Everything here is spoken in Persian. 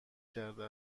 کرده